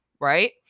right